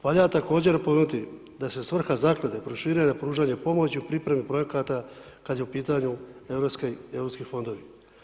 Valja također napomenuti da se svrha Zaklade proširuje na pružanje pomoći u pripremi projekata kada se u pitanju europski fondovi.